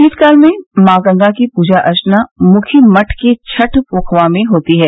शीतकाल में मां गंगा की पूजा अर्चना मुखी मठ के छठ मुखवा में होती है